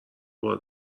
بار